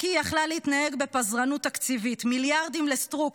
רק היא יכלה להתנהג בפזרנות תקציבית: מיליארדים לסטרוק,